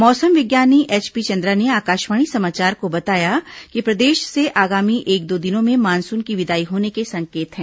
मौसम विज्ञानी एचपी चंद्रा ने आकाशवाणी समाचार को बताया कि प्रदेश से आगामी एक दो दिनों में मानसून की विदाई होने के संकेत हैं